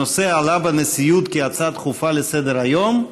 הנושא עלה בנשיאות כהצעה דחופה לסדר-היום,